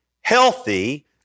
healthy